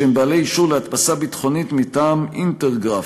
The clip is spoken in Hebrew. שהם בעלי אישור להדפסה ביטחונית מטעם "אינטרגרף",